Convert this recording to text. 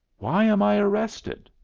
why am i arrested?